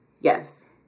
Yes